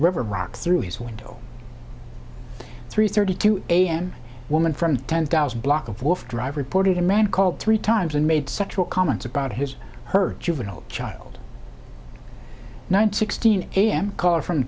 river rocks through his window three thirty two am woman from ten thousand block of wolf drive reported a man called three times and made sexual comments about his her juvenile child nine sixteen a m call from